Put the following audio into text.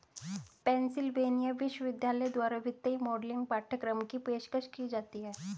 Pennsylvania विश्वविद्यालय द्वारा वित्तीय मॉडलिंग पाठ्यक्रम की पेशकश की जाती हैं